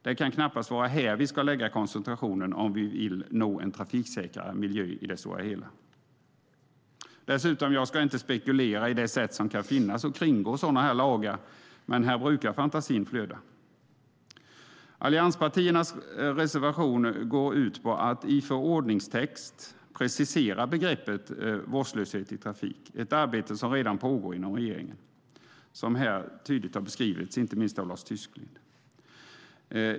Det kan knappast vara här som vi ska lägga koncentrationen om vi vill nå en trafiksäkrare miljö i det stora hela. Jag ska inte spekulera i de sätt som kan finnas att kringgå sådana lagar. Men här brukar fantasin flöda. Allianspartiernas reservation går ut på att i förordningstext precisera begreppet vårdslöshet i trafik. Det är ett arbete som redan pågår inom regeringen. Det har här tydligt beskrivits, inte minst av Lars Tysklind.